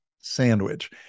sandwich